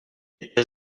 etait